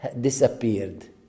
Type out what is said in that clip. disappeared